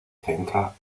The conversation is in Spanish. centra